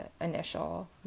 initial